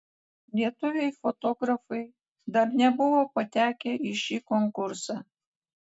lietuviai fotografai dar nebuvo patekę į šį konkursą